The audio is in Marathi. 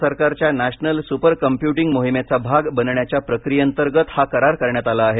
केंद्र सरकारच्या नॅशनल सुपर कॉम्प्यूटिंग मोहिमेचा भाग बनण्याच्या प्रक्रियेअंतर्गत हा करार करण्यात आला आहे